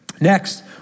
Next